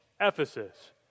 Ephesus